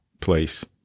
place